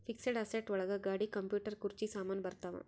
fixed asset ಒಳಗ ಗಾಡಿ computer ಕುರ್ಚಿ ಸಾಮಾನು ಬರತಾವ